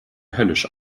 höllisch